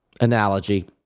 analogy